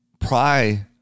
pry